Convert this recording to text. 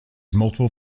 multiple